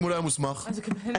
מוסמך?